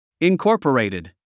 Incorporated